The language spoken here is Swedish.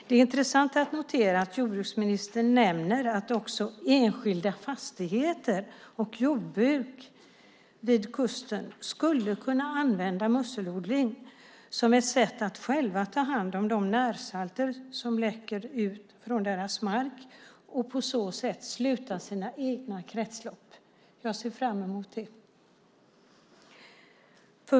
Det är intressant att notera att jordbruksministern nämner att också enskilda fastigheter och jordbruk vid kusten skulle kunna använda musselodling som ett sätt att själva ta hand om de närsalter som läcker ut från deras mark och på så sätt sluta sina egna kretslopp. Jag ser fram emot det.